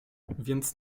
więc